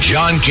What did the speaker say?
John